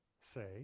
say